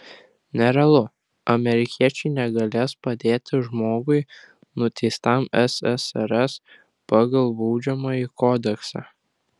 nerealu amerikiečiai negalės padėti žmogui nuteistam ssrs pagal baudžiamąjį kodeksą